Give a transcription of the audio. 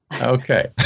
Okay